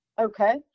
Okay